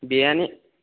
biryani